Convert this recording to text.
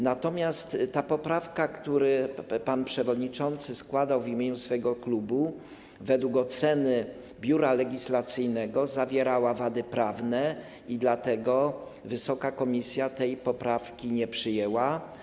Natomiast ta poprawka, którą pan przewodniczący składał w imieniu swojego klubu, według oceny Biura Legislacyjnego, zawierała wady prawne i dlatego Wysoka Komisja tej poprawki nie przyjęła.